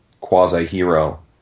quasi-hero